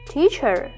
Teacher 。